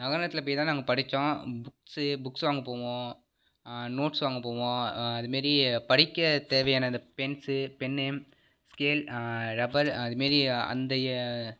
நகரத்தில் போய் தான் நாங்கள் படிச்சோம் புக்ஸு புக்ஸ் வாங்க போவோம் நோட்ஸ் வாங்க போவோம் அதுமாரி படிக்க தேவையான இந்த பென்ஸு பென்னு ஸ்கேல் ரப்பர் அதுமாரி அந்த ஏ